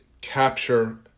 capture